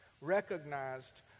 recognized